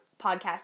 podcast